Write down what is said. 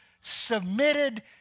submitted